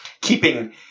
keeping